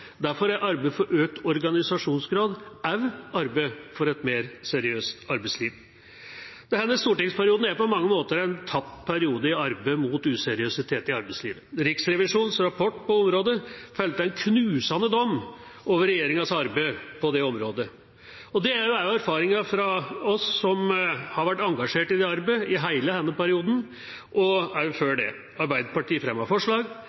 Derfor er arbeidet for økt organisasjonsgrad også et arbeid for et mer seriøst arbeidsliv. Denne stortingsperioden er på mange måter en tapt periode i arbeidet mot useriøsitet i arbeidslivet. Riksrevisjonens rapport på området felte en knusende dom over regjeringas arbeid på området. Det er også erfaringen fra oss som har vært engasjert i dette arbeidet i hele denne perioden, og også før det. Arbeiderpartiet fremmer forslag,